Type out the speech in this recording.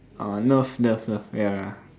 uh nerf nerf nerf ya